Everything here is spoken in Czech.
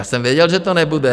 Já jsem věděl, že to nebude.